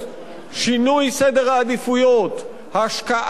ההשקעה במה שצריך